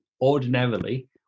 Ordinarily